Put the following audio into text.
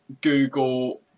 Google